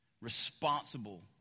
responsible